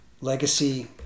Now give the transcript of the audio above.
legacy